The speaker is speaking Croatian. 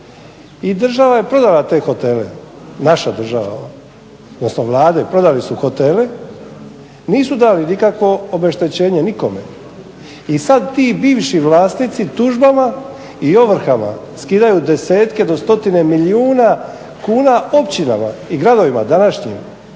država je prodala te hotele, naša država odnosno Vlada prodali su hotele. Nisu dali nikakvo obeštećenje nikome i sad ti bivši vlasnici tužbama i ovrhama skidaju desetke do stotine milijuna kuna općinama i gradovima današnjim